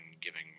giving